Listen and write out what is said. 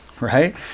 right